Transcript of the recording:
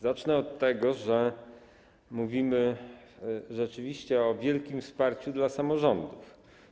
Zacznę od tego, że mówimy rzeczywiście o wielkim wsparciu dla samorządów.